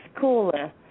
caller